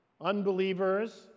unbelievers